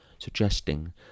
Suggesting